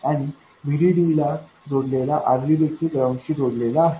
आणि VDD ला जोडलेला RD देखील ग्राउंड शी जोडलेला आहे